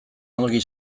ongi